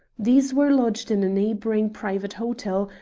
these were lodged in a neighbouring private hotel,